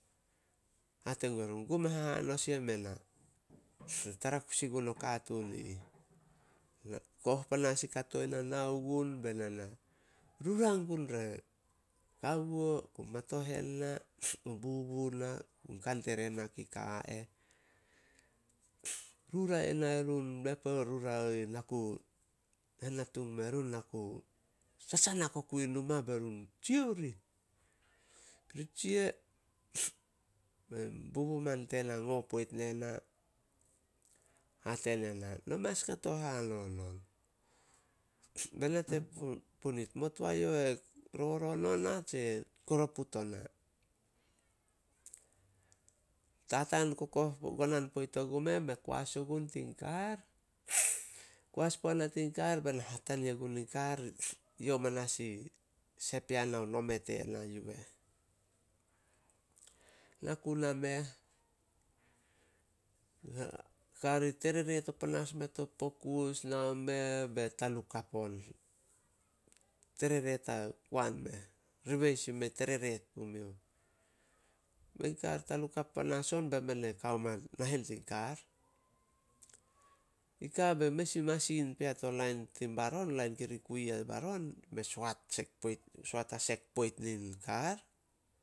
Hate gue run, "Gum hahanos yem ena. Na tara kusi gun o katun i ih." Koh panas i kato na na, nao gun be na na rura gun re kawo, ko matohan na, bubu na, kantere na ki ka a eh, rura ina erun, me puo rura e na ku henatung me run, na ku sasanak oku i numa be run tsia o rih. Ri tsia bein bubu man tena ngo poit ne na, hate ne na, "No mas kato hanon on. Me nate pu- punit, mo toae o roron ona tse koroput ona." Tataan gonan poit ogu meh, me koas ogun tin kar. Koas puana tin kar be na hatania gun in kar, yo manas i sep yana nome tena yu eh. Kar i tereret o panas mea to pokus nao meh be tanukap on. Tereret hakoan meh, ribeis i tereret pumioh. Bein kar e tanukap panas on, be men e kao ma nahen tin kar. I ka bei mes in masin pea to lain tin baron, lain kiri kui ai baron, me soot hasek poit nin kar.